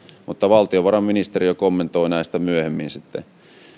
mutta valtiovarainministeriö kommentoi näistä myöhemmin sitten